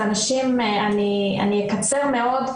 אני אקצר מאוד,